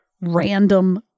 random